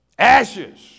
Ashes